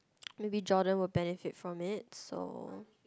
maybe Jordan will benefit from it so